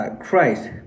Christ